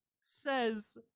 says